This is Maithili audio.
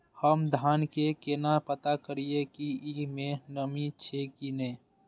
हम धान के केना पता करिए की ई में नमी छे की ने?